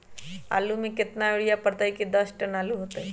आलु म केतना यूरिया परतई की दस टन आलु होतई?